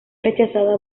rechazada